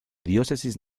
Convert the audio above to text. diócesis